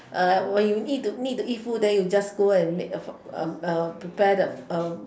uh when you need to need to eat food then you you just go and prepare the the